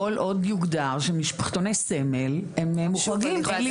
כל עוד יוגדר שמשפחתוני סמל הם מוחרגים.